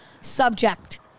subject